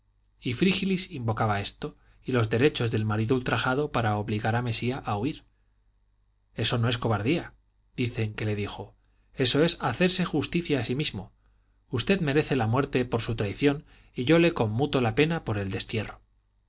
y frígilis invocaba esto y los derechos del marido ultrajado para obligar a mesía a huir eso no es cobardía dice que le dijo eso es hacerse justicia a sí mismo usted merece la muerte por su traición y yo le conmutó la pena por el destierro